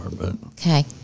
Okay